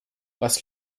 was